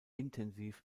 intensiv